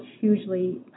hugely